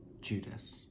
judas